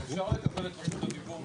אפשר לקבל את רשות הדיבור?